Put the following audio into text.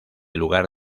lugar